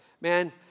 Man